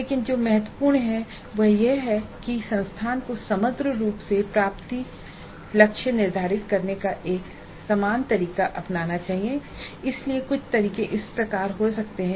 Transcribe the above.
लेकिन जो महत्वपूर्ण है वह यह है कि संस्थान को समग्र रूप से प्राप्ति लक्ष्य निर्धारित करने का एक समान तरीका अपनाना चाहिए इसलिए कुछ तरीके इस प्रकार हो सकते हैं